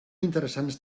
interessants